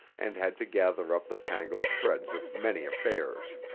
and had to gather up the tangled threads of many affairs.